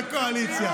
לקואליציה.